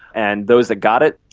and those that got it,